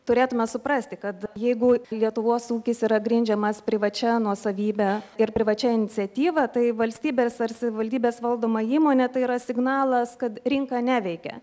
turėtume suprasti kad jeigu lietuvos ūkis yra grindžiamas privačia nuosavybe ir privačia iniciatyva tai valstybės ar savivaldybės valdoma įmonė tai yra signalas kad rinka neveikia